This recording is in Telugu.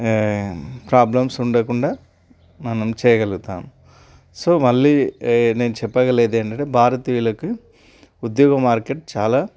ప్రాబ్లమ్స్ ఉండకుండా మనం చేయగలుగుతాం సో మళ్ళీ ఏ నేను చెప్పగలిగేది ఏంటంటే భారతీయులకు ఉద్యోగ మార్కెట్ చాలా